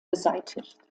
beseitigt